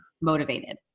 motivated